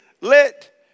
let